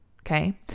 Okay